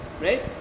Right